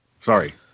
Sorry